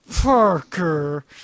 Parker